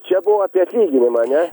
čia buvo apie atlyginimą ane